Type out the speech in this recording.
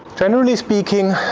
generally speaking